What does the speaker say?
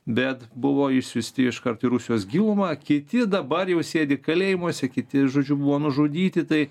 bet buvo išsiųsti iškart į rusijos gilumą kiti dabar jau sėdi kalėjimuose kiti žodžiu buvo nužudyti tai